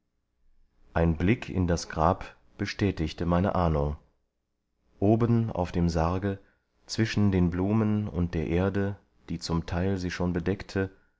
ein blick in das grab bestätigte meine ahnung oben auf dem sarge zwischen den blumen und der erde die zum teil sie schon bedeckte